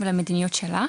ולמדיניות שלה.